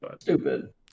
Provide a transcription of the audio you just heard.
Stupid